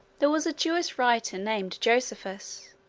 there was a jewish writer named josephus,